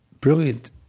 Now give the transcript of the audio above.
brilliant